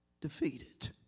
defeated